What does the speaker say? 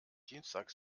dienstag